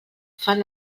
fan